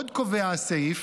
עוד קובע הסעיף